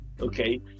Okay